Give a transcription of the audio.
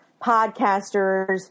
podcasters